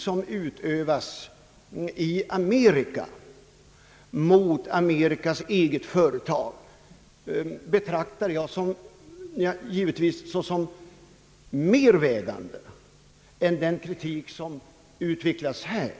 Den kritik som i Amerika riktas mot Amerikas eget företag anser jag givetvis mer vägande än den kritik som utvecklas här.